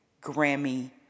Grammy